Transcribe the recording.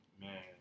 Man